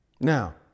Now